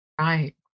right